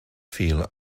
feel